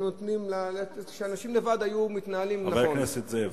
ואנשים לבד היו מתנהלים --- חבר הכנסת זאב.